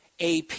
AP